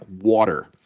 water